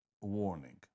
warning